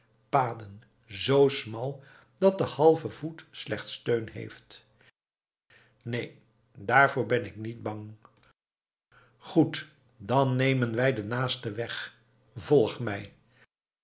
paden z smal dat de halve voet slechts steun heeft neen daarvoor ben ik niet bang goed dan nemen wij den naasten weg volg mij